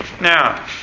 Now